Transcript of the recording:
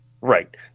right